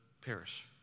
perish